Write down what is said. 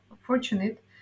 fortunate